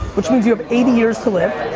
which means you have eighty years to live.